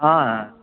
हा